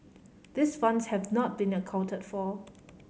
these funds have not been accounted for